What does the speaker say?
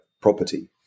property